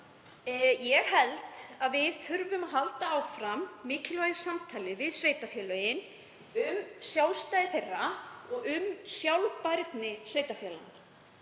Ég held að við þurfum að halda áfram mikilvægu samtali við sveitarfélögin um sjálfstæði þeirra og um sjálfbærni sveitarfélaga,